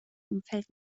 umfeld